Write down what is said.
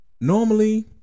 Normally